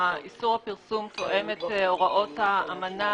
איסור הפרסום תואם את הוראות האמנה